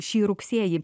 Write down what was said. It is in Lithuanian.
šį rugsėjį